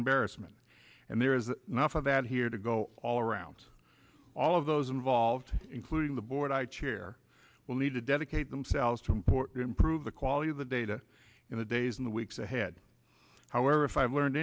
embarrassment and there is enough of that here to go all around all of those involved including the board i chair will need to dedicate themselves to import to improve the quality of the data in the days in the weeks ahead however if i've learned